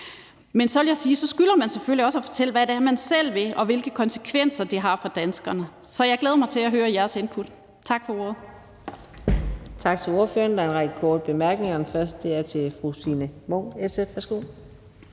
Men så vil jeg sige, at man selvfølgelig også skylder at fortælle, hvad det er, man selv vil, og hvilke konsekvenser det har for danskerne. Så jeg glæder mig til at høre jeres input. Tak for ordet. Kl. 18:29 Fjerde næstformand (Karina Adsbøl): Tak til ordføreren. Der er en række korte bemærkninger, og den første er til fru Signe Munk, SF. Værsgo.